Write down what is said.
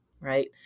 right